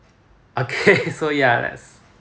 okay so ya that's